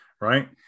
right